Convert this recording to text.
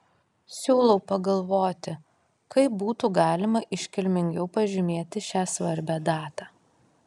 siūlau pagalvoti kaip būtų galima iškilmingiau pažymėti šią svarbią datą